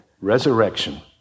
resurrection